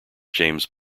james